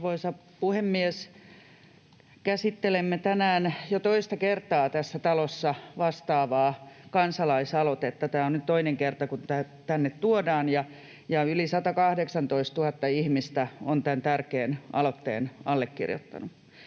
Arvoisa puhemies! Käsittelemme jo toista kertaa tässä talossa vastaavaa kansalaisaloitetta. Tämä on nyt toinen kerta, kun tämä tänne tuodaan, ja yli 118 000 ihmistä on tämän tärkeän aloitteen allekirjoittanut.